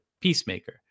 peacemaker